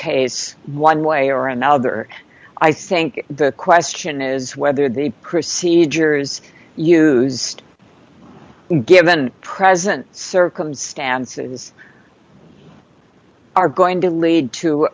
case one way or another i think the question is whether the procedures used given present circumstances are going to lead to